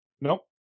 nope